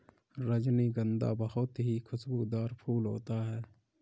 रजनीगंधा बहुत ही खुशबूदार फूल होता है